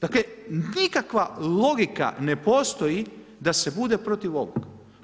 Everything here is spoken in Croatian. Dakle, nikakva logika ne postoji da se bune protiv ovog.